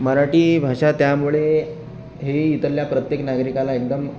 मराठी भाषा त्यामुळे हे इथल्या प्रत्येक नागरिकाला एकदम